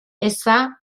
eza